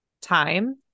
time